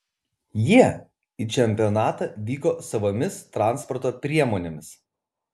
jie į čempionatą vyko savomis transporto priemonėmis